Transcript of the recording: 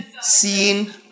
Seeing